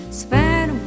spent